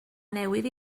newydd